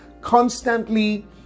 constantly